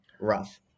rough